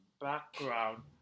Background